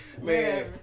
Man